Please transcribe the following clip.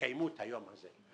יקיימו את היום הזה.